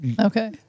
Okay